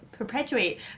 perpetuate